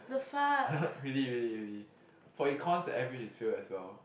really really really for Econs every is fail as well